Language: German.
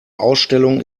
ausstellung